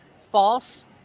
false